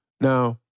Now